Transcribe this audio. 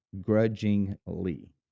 grudgingly